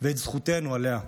ואת זכותנו עליה.